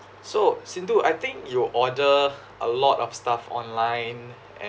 so Sindo I think you order a lot of stuff online and